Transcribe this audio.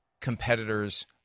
competitors